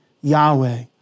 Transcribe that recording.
Yahweh